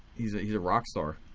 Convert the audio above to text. he's he's a rock star.